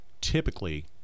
typically